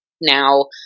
Now